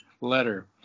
letter